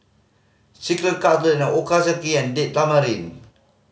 Chicken Cutlet Ochazuke and Date Tamarind